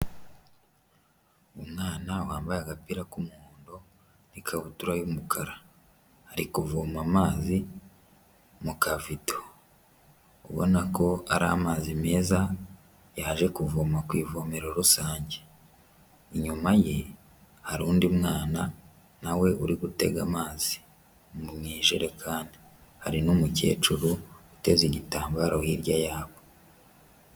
Umwana wambaye agapira k'umuhondo n'ikabutura y'umukara, ari kuvoma amazi mu kavido ubona ko ari amazi meza yaje kuvoma ku ivomero rusange. Inyuma ye hari undi mwana na we uri gutega amazi mu ijerekani. Hari n'umukecuru uteze igitambaro hirya yabo.